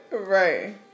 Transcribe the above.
Right